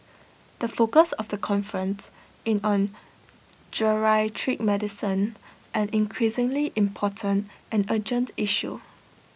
the focus of the conference is on geriatric medicine an increasingly important and urgent issue